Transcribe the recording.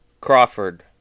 Crawford